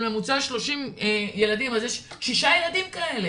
הממוצע הוא 30ילדים אז יש לך שישה ילדים כאלה,